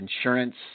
insurance